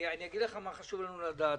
אגיד לך מה חשוב לנו לדעת.